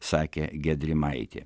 sakė giedrimaitė